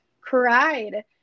cried